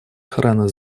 охраны